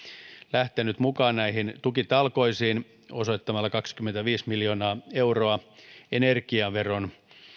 lähtenyt mukaan näihin tukitalkoisiin osoittamalla kaksikymmentäviisi miljoonaa euroa energiaveron